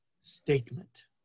statement